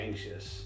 Anxious